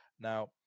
now